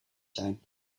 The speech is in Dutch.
zijn